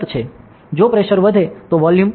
જો પ્રેશર વધે તો વોલ્યુમ ઘટે છે